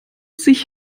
sich